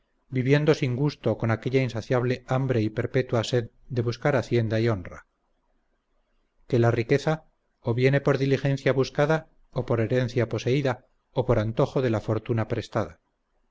viviendo sin gusto con aquella insaciable hambre y perpetua sed de buscar hacienda y honra que la riqueza o viene por diligencia buscada o por herencia poseída o por antojo de la fortuna prestada